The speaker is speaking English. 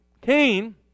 Cain